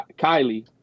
Kylie